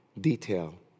detail